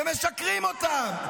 ומשקרים להם.